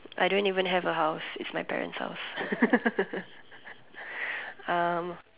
I don't even have a house it's my parents' house um